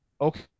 Okay